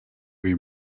buri